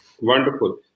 Wonderful